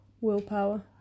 willpower